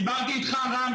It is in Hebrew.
דיברתי אתך רם,